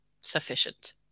sufficient